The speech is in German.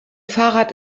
fahrrad